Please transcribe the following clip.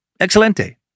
Excelente